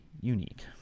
unique